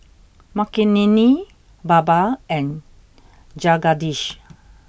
Makineni Baba and Jagadish